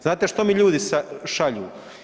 Znate što mi ljudi šalju.